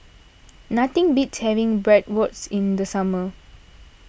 nothing beats having Bratwurst in the summer